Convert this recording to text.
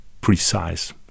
precise